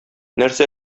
нәрсә